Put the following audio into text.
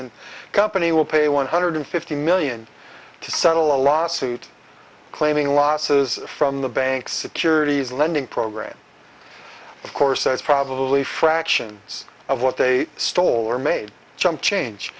and company will pay one hundred fifty million to settle a lawsuit claiming losses from the bank securities lending program of course that's probably a fraction of what they stole or made chump change